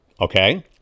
Okay